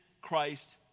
Christ